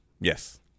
Yes